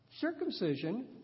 Circumcision